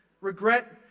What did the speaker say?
regret